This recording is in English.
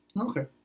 Okay